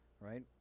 right